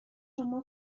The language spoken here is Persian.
شما